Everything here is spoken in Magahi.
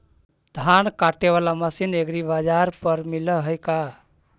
धान काटे बाला मशीन एग्रीबाजार पर मिल है का?